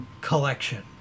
collection